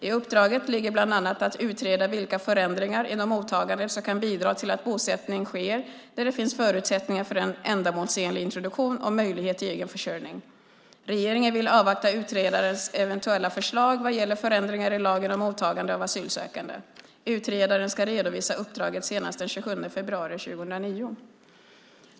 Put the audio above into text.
I uppdraget ligger bland annat att utreda vilka förändringar inom mottagandet som kan bidra till att bosättning sker där det finns förutsättningar för en ändamålsenlig introduktion och möjlighet till egen försörjning. Regeringen vill avvakta utredarens eventuella förslag vad gäller förändringar i lagen om mottagande av asylsökande. Utredaren ska redovisa uppdraget senast den 27 februari 2009.